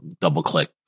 double-click